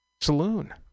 saloon